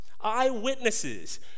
Eyewitnesses